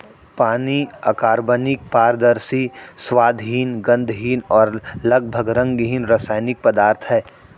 पानी अकार्बनिक, पारदर्शी, स्वादहीन, गंधहीन और लगभग रंगहीन रासायनिक पदार्थ है